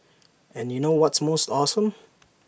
and you know what's most awesome